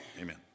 Amen